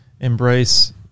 embrace